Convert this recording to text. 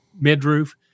mid-roof